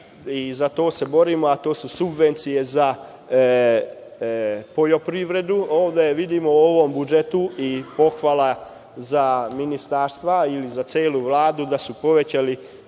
i za to se borimo, a to su subvencije za poljoprivredu. Ovde vidimo, u ovom budžetu i pohvala za ministarstva, ili za celu Vladu, da su povećali